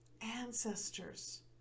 ancestors